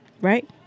Right